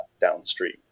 downstream